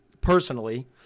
personally